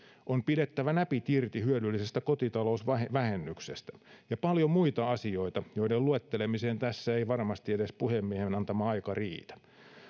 on pidettävä näpit irti hyödyllisestä kotitalousvähennyksestä ja paljon muita asioita joiden luettelemiseen tässä ei varmasti edes puhemiehen antama aika riitä